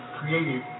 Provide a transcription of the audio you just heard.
created